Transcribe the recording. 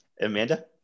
Amanda